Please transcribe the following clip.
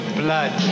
blood